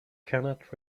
cannot